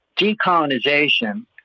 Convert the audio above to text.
decolonization